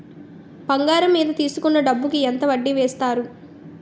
బంగారం మీద తీసుకున్న డబ్బు కి ఎంత వడ్డీ వేస్తారు?